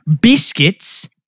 Biscuits